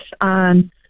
on